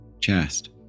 Chest